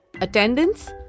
Attendance